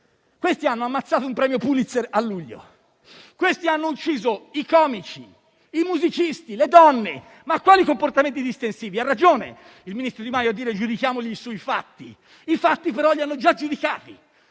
talebani hanno ammazzato un premio Pulitzer a luglio e hanno ucciso comici, musicisti e donne. Ma quali comportamenti distensivi? Ha ragione il ministro Di Maio a dire di giudicarli sui fatti, ma i fatti hanno già parlato.